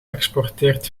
exporteert